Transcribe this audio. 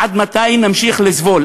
עד מתי נמשיך לסבול?